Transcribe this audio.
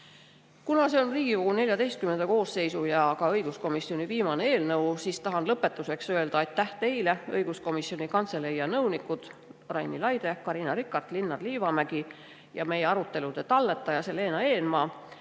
see on Riigikogu XIV koosseisu ja ka õiguskomisjoni viimane eelnõu, siis tahan lõpetuseks öelda aitäh teile, õiguskomisjoni [sekretariaat], nõunikud Raini Laide, Carina Rikart ja Linnar Liivamägi ning meie arutelude talletaja Selena Eenmaa.